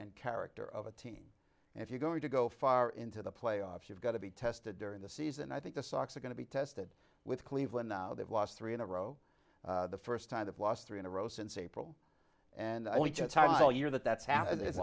and character of a team and if you're going to go far into the playoffs you've got to be tested during the season i think the sox are going to be tested with cleveland they've lost three in a row the first time they've lost three in a row since april and i only just time the year that that's how it is